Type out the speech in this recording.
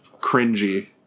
cringy